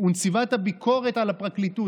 ונציבת הביקורת על הפרקליטות,